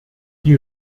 die